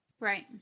Right